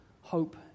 Hope